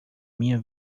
minha